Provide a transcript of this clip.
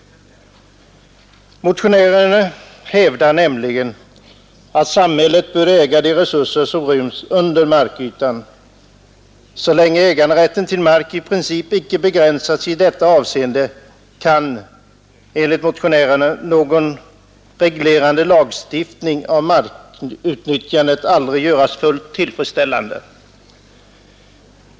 Motionärerna hävdar nämligen att samhället bör äga de resurser som ryms under markytan. Så länge äganderätten till mark i princip icke begränsas i detta avseende kan enligt motionärerna någon reglerande lagstiftning av markutnyttjandet aldrig göras fullt tillfredsställande.